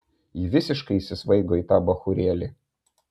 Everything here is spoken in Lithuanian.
ji visiškai įsisvaigo tą bachūrėlį